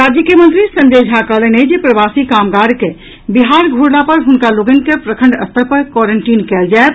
राज्य के मंत्री संजय झा कहलनि अछि जे प्रवासी कामगर के बिहार घूरला पर हुनका लोकनि के प्रखंड स्तर पर क्वारेंटीन कयल जायत